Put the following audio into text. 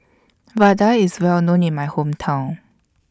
Vadai IS Well known in My Hometown